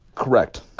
correct.